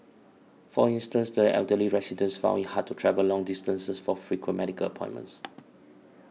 for instance the elderly residents found it hard to travel long distances for frequent medical appointments